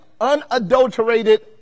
Unadulterated